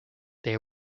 they